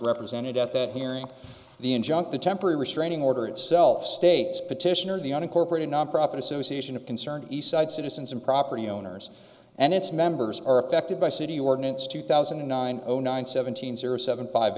represented at that hearing the injunct the temporary restraining order itself states petitioner the unincorporated nonprofit association of concerned eastside citizens and property owners and its members are affected by city ordinance two thousand and nine zero nine seventeen zero seven five